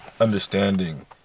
understanding